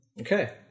Okay